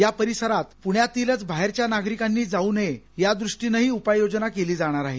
या परिसरात पुण्यातीलच बाहेरच्या नागरिकांनीही जाऊ नये यादृष्टीनंही उपाय योजना केली जाणार आहे